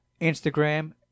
instagram